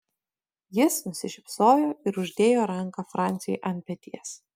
jis nusišypsojo ir uždėjo ranką franciui ant peties